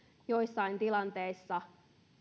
joissain tilanteissa